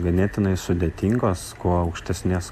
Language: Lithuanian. ganėtinai sudėtingos kuo aukštesnės